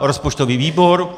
Rozpočtový výbor?